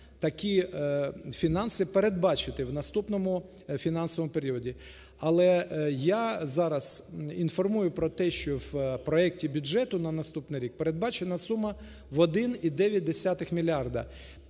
такі фінанси передбачити в наступному фінансовому періоді. Але я зараз інформую про те, що в проекті бюджету на наступний рік передбачена сума в 1,9 мільярда,